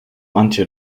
antje